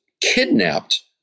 kidnapped